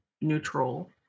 neutral